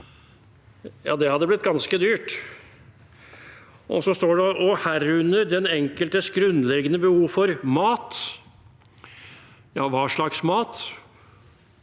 ja, da hadde det blitt ganske dyrt. Det står: «herunder den enkeltes grunnleggende behov for mat (…).» Ja, hva slags mat?